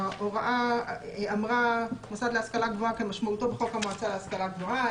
ההוראה אמרה: מוסד להשכלה גבוהה כמשמעתו בחוק המועצה להשכלה גבוהה.